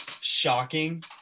shocking